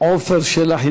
עפר שלח,